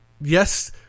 yes